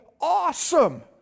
awesome